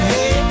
Hey